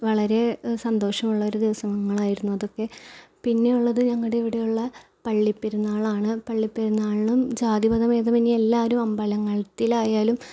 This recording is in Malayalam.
വളരെ സന്തോഷമുള്ള ഒരു ദിവസങ്ങളായിരുന്നു അതൊക്കെ പിന്നെയുള്ളത് ഞങ്ങളുടെ ഇവിടെയുള്ള പള്ളിപെരുന്നാളാണ് പള്ളിപെരുന്നാളിനും ജാതിമതഭേതമന്യേ എല്ലാവരും അമ്പലത്തിലായാലും